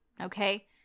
okay